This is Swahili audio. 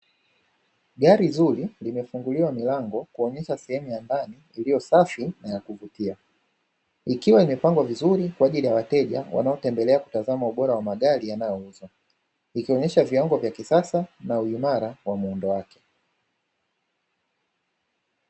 Gari zuri limefunguliwa milango kuonyesha eneo la ndani iliyo safi na ya kuvutia ikiwa imepangwa vizuri kwa ajili ya wateja wanaotembelea kutazama ubora wa magari yanayouzwa ikionyesha viwango vya kisasa na uimara wa muundo wake.